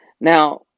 Now